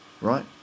right